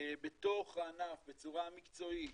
בתוך הענף בצורה מקצועית